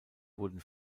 wurden